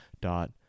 dot